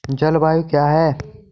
जलवायु क्या है?